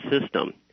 system